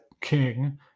King